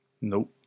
Nope